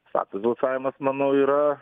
slaptas balsavimas manau yra